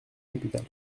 capitale